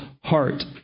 heart